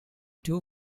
two